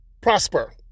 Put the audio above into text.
prosper